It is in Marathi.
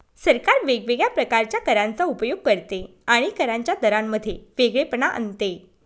सरकार वेगवेगळ्या प्रकारच्या करांचा उपयोग करते आणि करांच्या दरांमध्ये वेगळेपणा आणते